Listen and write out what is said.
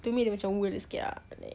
to me dia macam world sikit ah